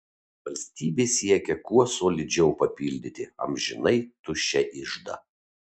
valstybė siekia kuo solidžiau papildyti amžinai tuščią iždą